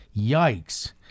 Yikes